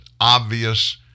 obvious